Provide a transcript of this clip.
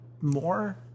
more